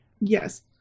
Yes